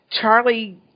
Charlie